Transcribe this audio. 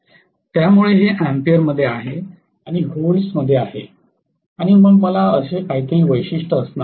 त्यामुळे हे अँपिअर मध्ये आहे आणि व्होल्ट्समध्ये आहे आणि मग मला असे काहीतरी वैशिष्ट्य असणार आहे